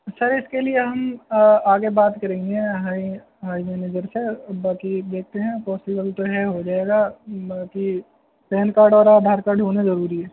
سر اس کے لیے ہم آگے بات کریں گے ہائی مینیجر سے باقی دیکھتے ہیں پوسیبل تو ہے ہو جائے گا باقی پین کاڈ اور آدھار کاڈ ہونے ضروری ہے